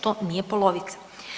To nije polovica.